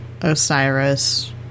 Osiris